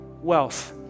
wealth